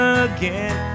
again